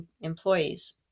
employees